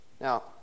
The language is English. Now